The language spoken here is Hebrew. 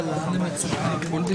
הישיבה ננעלה בשעה 11:00.